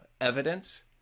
evidence